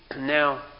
Now